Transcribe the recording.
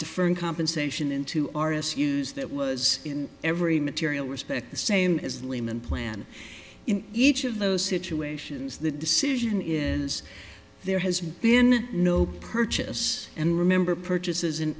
deferred compensation into artists use that was in every material respect the same as lehman plan in each of those situations the decision is there has been no purchase and remember purchases an